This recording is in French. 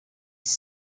elle